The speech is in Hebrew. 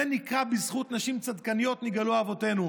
זה נקרא: בזכות נשים צדקניות נגאלו אבותינו.